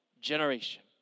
generation